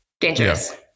dangerous